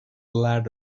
ladder